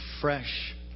fresh